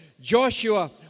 Joshua